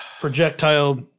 projectile